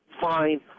Fine